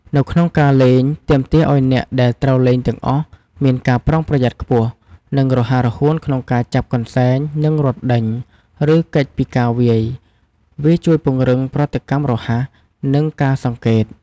នៅក្នុងការលេងទាមទារឱ្យអ្នកដែលត្រូវលេងទាំងអស់មានការប្រុងប្រយ័ត្នខ្ពស់ និងរហ័សរហួនក្នុងការចាប់កន្សែង និងរត់ដេញ ឬគេចពីការវាយ វាជួយពង្រឹងប្រតិកម្មរហ័ស និងការសង្កេត។